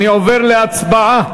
אני עובר להצבעה.